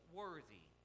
worthy